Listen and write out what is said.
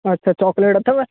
अछा चॉकलेट अथव